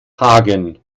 hagen